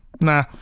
Nah